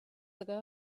ago